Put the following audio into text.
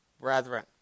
brethren